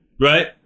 right